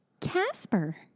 Casper